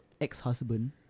ex-husband